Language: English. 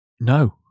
No